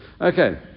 Okay